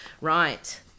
Right